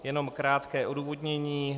Jenom krátké odůvodnění.